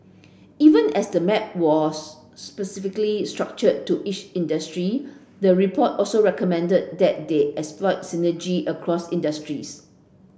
even as the map was specifically structured to each industry the report also recommended that they exploit synergy across industries